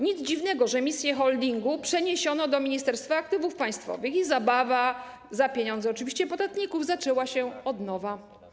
Nic dziwnego, że misję holdingu przeniesiono do Ministerstwa Aktywów Państwowych i zabawa, oczywiście za pieniądze podatników, zaczęła się od nowa.